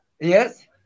Yes